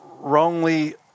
Wrongly